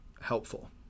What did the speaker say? helpful